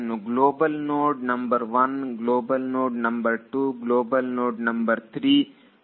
ಈಗ ಈ ಲೋಕಲ್ ನೋಡ್ಗಳ ಅನುಗುಣವಾಗಿ ನಾನು ಗ್ಲೋಬಲ್ ನೋಡ್ ನಂಬರ್ ಅನ್ನು ಆಯ್ಕೆ ಮಾಡಬಹುದು ಏಕೆಂದರೆ ನಾನು ನೋಡ್ ಗಳು ರಿಪೀಟ್ ಆಗುತ್ತದೆಯೇ ಎಂದು ನೋಡುತ್ತೇನೆ